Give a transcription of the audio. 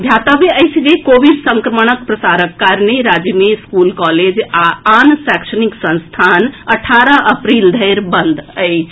ध्यातव्य अछि जे कोविड संक्रमणक प्रसारक कारणें राज्य मे स्कूल कॉलेज आ आन शैक्षणिक संस्थान अठारह अप्रील धरि बंद अछि